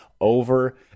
over